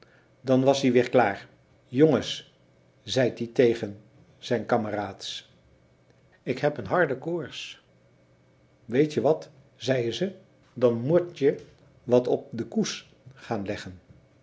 dan was ie weer klaar jongens zeit ie tegen zijn kameraads ik heb een harde koors weetje wat zeiën ze dan motje wat op de koes gaan leggen